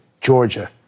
Georgia